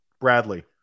Bradley